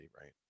right